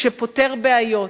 שפותר בעיות.